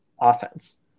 offense